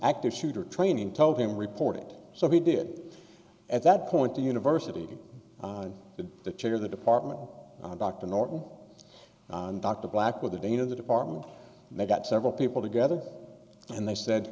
active shooter training told him reporting so he did at that point the university did the chair of the department dr norton dr black with the dean of the department and they got several people together and they said